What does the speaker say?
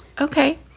Okay